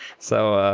so